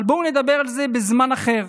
אבל בואו נדבר על זה בזמן אחר,